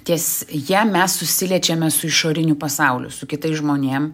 ties ja mes susiliečiame su išoriniu pasauliu su kitais žmonėm